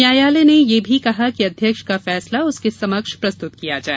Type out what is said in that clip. न्यायालय ने यह भी कहा कि अध्यक्ष का फैसला उसके समक्ष प्रस्तुत किया जाए